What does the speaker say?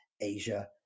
Asia